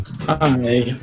Hi